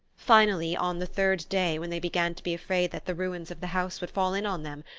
finally, on the third day, when they began to be afraid that the ruins of the house would fall in on them,